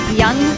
young